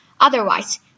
Otherwise